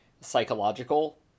psychological